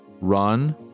run